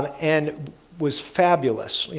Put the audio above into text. and was fabulous.